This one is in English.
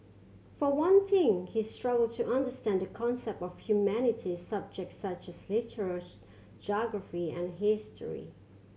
for one thing he struggled to understand the concept of humanities subjects such as literature geography and history